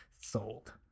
Sold